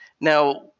Now